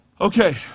Okay